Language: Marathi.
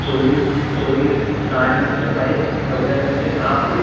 चोवीस चोवीस सहा एमे मचे पाईप एक चौदा एमे मचे सहा पाईप